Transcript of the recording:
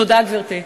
תודה, גברתי.